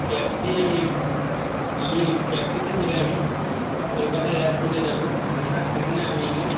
ক্যাবটি আমি ক্যাবটিতে করে আমি কলকাতা এয়ারপোর্টে যাব এবং সেখানে আমি আমার